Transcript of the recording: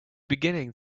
beginning